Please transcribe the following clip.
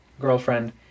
girlfriend